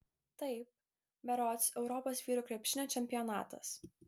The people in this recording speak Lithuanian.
taip berods europos vyrų krepšinio čempionatas